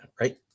right